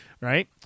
right